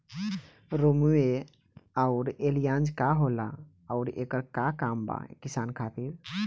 रोम्वे आउर एलियान्ज का होला आउरएकर का काम बा किसान खातिर?